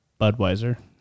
Budweiser